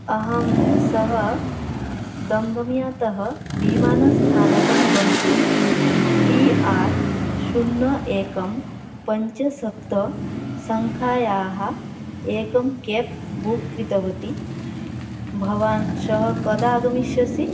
अहं सः दम्दम्यातः विमानस्थानकं गन्तुं पि आर् शून्यं एकं पञ्च सप्त संख्यायाः एकं केप् बुक् कृतवती भवान् श्वः कदा आगमिष्यसि